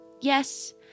yes